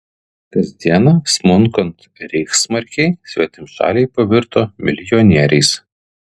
kasdieną smunkant reichsmarkei svetimšaliai pavirto milijonieriais